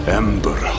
ember